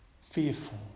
fearful